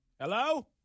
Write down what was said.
Hello